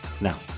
Now